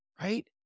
Right